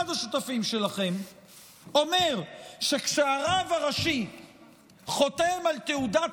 אחד השותפים שלכם אומר שכשהרב הראשי חותם על תעודת